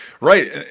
Right